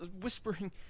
whispering